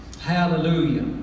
Hallelujah